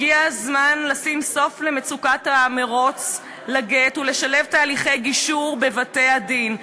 הגיע הזמן לשים סוף למצוקת המירוץ לגט ולשלב תהליכי גישור בבתי-הדין.